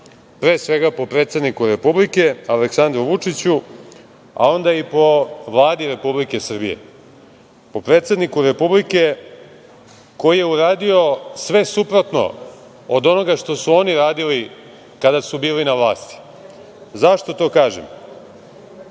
pre svega po predsedniku Republike, Aleksandru Vučiću, a onda i po Vladi Republike Srbije. Po predsedniku Republike koji je uradio sve suprotno od onoga što su oni radili kada su bili na vlasti.Zašto to kažem?